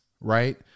right